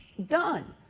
done!